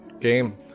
game